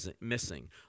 missing